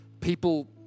people